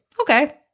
Okay